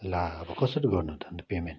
ला अब कसरी गर्नु त अन्त पेमेन्ट